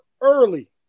early